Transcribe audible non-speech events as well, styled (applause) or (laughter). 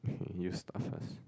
(breath) you start first